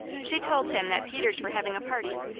she told him that peters were having a party,